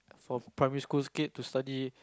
for primary school kid to study